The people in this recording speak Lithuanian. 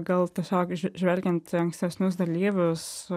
gal tiesiog žvelgiant į ankstesnius dalyvius